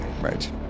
right